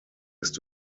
ist